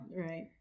right